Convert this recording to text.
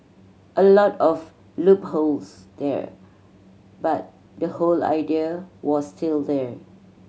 a lot of loopholes there but the whole idea was still there